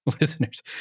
Listeners